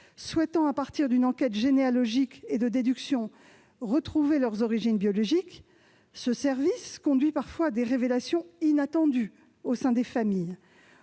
souhaitant, à partir d'une enquête généalogique et de déductions, retrouver leurs origines biologiques, ce service conduit parfois à des révélations inattendues au sein des familles,